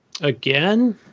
Again